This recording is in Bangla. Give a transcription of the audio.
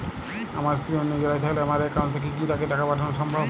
আমার স্ত্রী অন্য জেলায় থাকলে আমার অ্যাকাউন্ট থেকে কি তাকে টাকা পাঠানো সম্ভব?